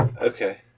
okay